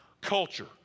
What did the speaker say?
Culture